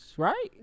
Right